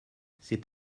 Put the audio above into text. c’est